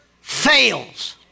fails